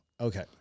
Okay